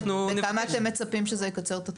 בכמה אתם מצפים שזה יקצר את התורים?